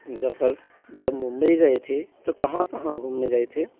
ज़फ़र जब मुंबई गए थे तो कहाँ कहाँ घुमने गए थे